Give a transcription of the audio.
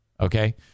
Okay